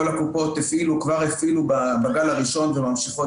כל הקופות כבר הפעילו בגל הראשון וממשיכות